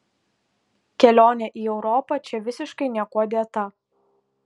kelionė į europą čia visiškai niekuo dėta